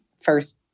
first